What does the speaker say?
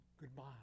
goodbye